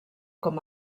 com